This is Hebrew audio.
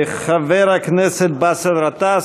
חבר הכנסת באסל גטאס,